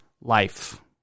life